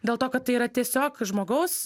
dėl to kad tai yra tiesiog žmogaus